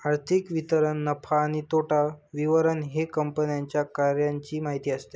आर्थिक विवरण नफा आणि तोटा विवरण हे कंपन्यांच्या कार्याची माहिती असते